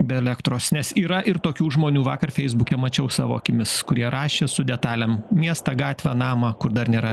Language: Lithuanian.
be elektros nes yra ir tokių žmonių vakar feisbuke mačiau savo akimis kurie rašė su detalėm miestą gatvę namą kur dar nėra